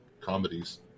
comedies